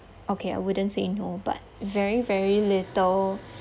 okay I wouldn't say no but very very little